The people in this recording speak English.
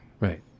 right